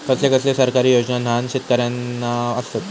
कसले कसले सरकारी योजना न्हान शेतकऱ्यांना आसत?